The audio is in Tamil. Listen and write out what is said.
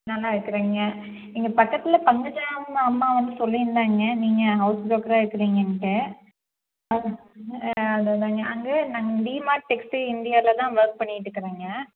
நல்லா இருக்கறங்க இங்கே பக்கத்தில் பங்கஜம் அம்மா வந்து சொல்லிஇருந்தாங்க நீங்கள் ஹவுஸ் ப்ரோக்கராக இருக்கறீங்கன்னுட்டு அது அது தாங்க அங்கே நாங்கள் பீமா டெக்ஸ்டைல் இந்தியாவில தான் ஒர்க் பண்ணியிட்டுக்கிறங்க